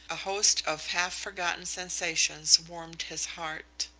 a host of half forgotten sensations warmed his heart.